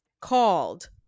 called